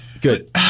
Good